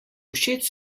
všeč